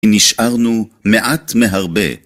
נשארנו מעט מהרבה.